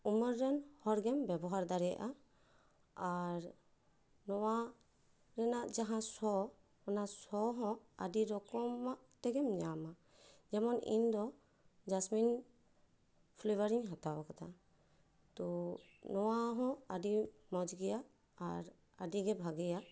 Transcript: ᱩᱢᱮᱨ ᱨᱮᱱ ᱦᱚᱲ ᱜᱮᱢ ᱵᱮᱵᱚᱦᱟᱨ ᱫᱟᱲᱮᱭᱟᱜᱼᱟ ᱟᱨ ᱱᱚᱣᱟ ᱨᱮᱱᱟᱜ ᱡᱟᱦᱟᱸ ᱥᱚ ᱚᱱᱟ ᱥᱚᱦᱚᱸ ᱟᱹᱰᱤ ᱨᱚᱠᱚᱢᱟᱜ ᱛᱮᱜᱮᱢ ᱧᱟᱢᱟ ᱡᱮᱢᱚᱱ ᱤᱧ ᱫᱚ ᱡᱟᱥᱢᱤᱱ ᱯᱷᱮᱞᱮᱵᱟᱨᱤᱧ ᱦᱟᱛᱟᱣ ᱟᱠᱟᱫᱟ ᱛᱚ ᱱᱚᱣᱟ ᱦᱚᱸ ᱟᱹᱰᱤ ᱢᱚᱡᱽ ᱜᱮᱭᱟ ᱟᱨ ᱟᱹᱰᱤ ᱜᱮ ᱵᱷᱟᱜᱮᱭᱟ